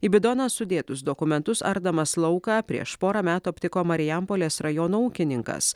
į bidoną sudėtus dokumentus ardamas lauką prieš porą metų aptiko marijampolės rajono ūkininkas